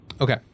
Okay